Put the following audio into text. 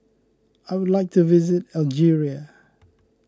I would like to visit Algeria